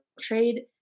trade